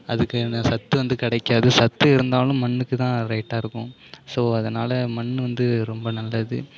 அதுக்கான சத்து வந்து கிடைக்காது சத்து இருந்தாலும் மண்ணுக்கு தான் ரைட்டாக இருக்கும் ஸோ அதனால் மண் வந்து ரொம்ப நல்லது